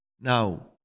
Now